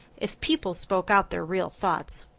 if people spoke out their real thoughts.